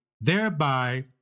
thereby